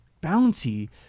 Bounty